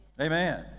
Amen